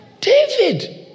David